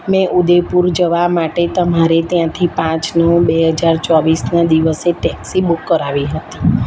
મેં ઉદેપુર જવા માટે તમારે ત્યાંથી પાંચ નવ બે હજાર ચોવીસના દિવસે ટેક્સી બુક કરાવી હતી